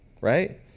right